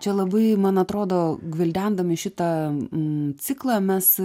čia labai man atrodo gvildendami šitą m ciklą mes